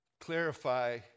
Clarify